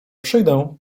przyjdę